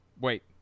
Wait